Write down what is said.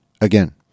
Again